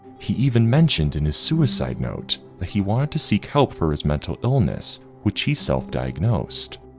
he even mentioned in his suicide note that he wanted to seek help for his mental illness which he self diagnosed.